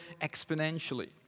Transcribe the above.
exponentially